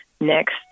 next